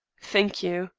thank you.